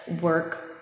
work